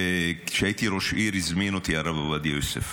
שכשהייתי ראש עיר הזמין אותי הרב עובדיה יוסף,